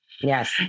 Yes